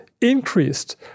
increased